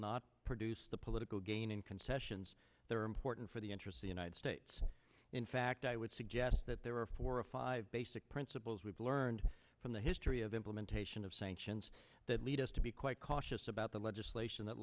not produce the political gain in concessions there are important for the interests the united states in fact i would suggest that there are four or five basic principles we've learned from the history of implementation of sanctions that lead us to be quite cautious about the legislation that